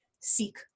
seek